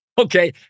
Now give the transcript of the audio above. Okay